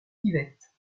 yvette